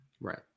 Right